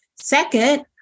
Second